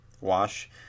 wash